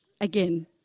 again